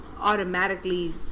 automatically